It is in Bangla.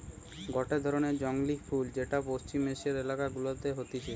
গটে ধরণের জংলী ফুল যেটা পশ্চিম এশিয়ার এলাকা গুলাতে হতিছে